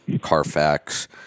Carfax